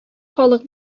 халык